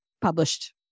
published